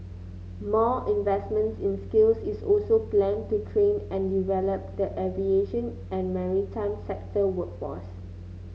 more investment in skills is also planned to train and develop the aviation and maritime sector workforce